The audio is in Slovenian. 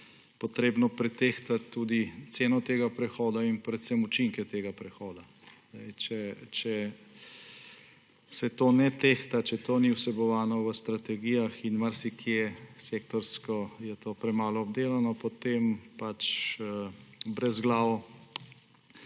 potrebno pretehtati tudi ceno tega prehoda in predvsem učinke tega prehoda. Če se to ne tehta, če to ni vsebovano v strategijah, in marsikje je sektorsko to premalo obdelano, potem brezglavo